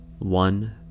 one